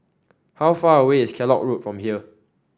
how far away is Kellock Road from here